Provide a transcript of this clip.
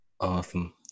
Awesome